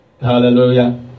Hallelujah